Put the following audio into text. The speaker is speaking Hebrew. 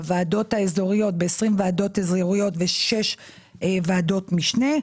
ב-20 ועדות אזוריות ו-6 ועדות משנה,